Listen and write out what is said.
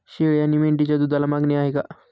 शेळी आणि मेंढीच्या दूधाला मागणी आहे का?